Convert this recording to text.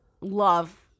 Love